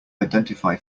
identify